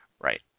right